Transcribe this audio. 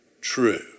true